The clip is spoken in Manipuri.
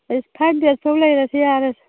ꯑꯁ ꯐꯥꯏꯚ ꯗꯦꯖ ꯐꯥꯎ ꯂꯩꯔꯁꯤ ꯌꯥꯔꯦꯁꯦ